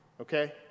okay